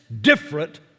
different